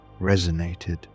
resonated